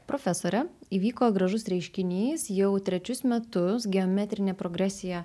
profesore įvyko gražus reiškinys jau trečius metus geometrinė progresija